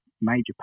major